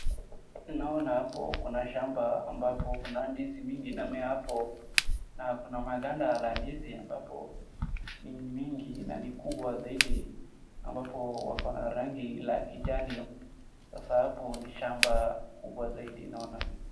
Naona hapo kuna shamba ambapo kuna ndizi mingi imemea hapo na kun amaganda la ndizi ambapo ni mingi na ni kubwa zaidi ambapo wako na rangi la kijani, sasa hapo ni shamba kubwa zaidi naona.